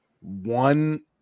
one